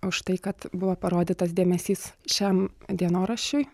už tai kad buvo parodytas dėmesys šiam dienoraščiui